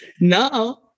now